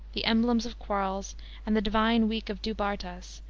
the emblems of quarles and the divine week of du bartas,